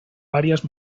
varias